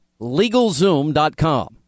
LegalZoom.com